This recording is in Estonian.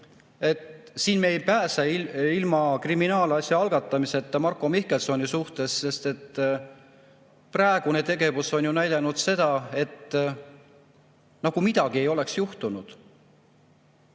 variant: me ei pääse ilma kriminaalasja algatamiseta Marko Mihkelsoni suhtes. Praegune tegevus on näidanud seda, et nagu midagi ei ole juhtunud.